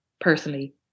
personally